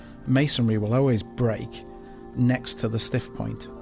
masonry will always break next to the stiff point.